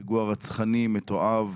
פיגוע רצחני, מתועב.